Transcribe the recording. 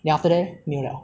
then after that 没有了